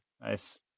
nice